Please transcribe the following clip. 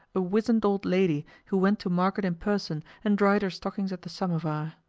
a wizened old lady who went to market in person and dried her stockings at the samovar.